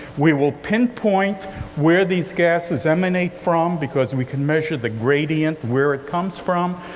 we will pinpoint where these gases emanate from, because we can measure the gradient where it comes from,